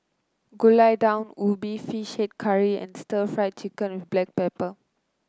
Gulai Daun Ubi fish head curry and stir Fry Chicken with Black Pepper